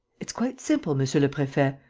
it's quite simple, monsieur le prefet.